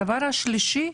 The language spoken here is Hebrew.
הגורם השלישי,